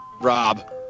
Rob